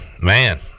man